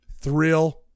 Thrill